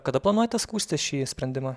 kada planuojate skųsti šį sprendimą